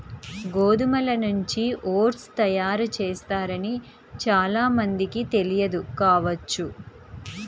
గోధుమల నుంచి ఓట్స్ తయారు చేస్తారని చాలా మందికి తెలియదు కావచ్చు